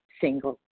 single